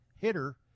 hitter